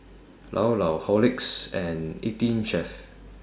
Llao Llao Horlicks and eighteen Chef